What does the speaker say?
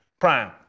Prime